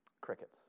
Crickets